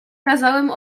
kazałem